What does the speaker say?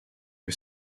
que